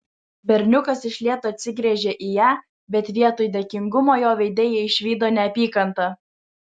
berniukas iš lėto atsigręžė į ją bet vietoj dėkingumo jo veide ji išvydo neapykantą